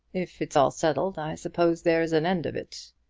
if it's all settled, i suppose there's an end of it.